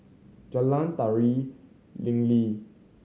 Jalan Tari Linli